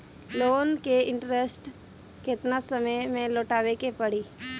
Loan के interest केतना समय में लौटावे के पड़ी?